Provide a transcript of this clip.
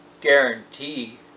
guarantee